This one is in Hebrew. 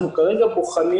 אנחנו כרגע בוחנים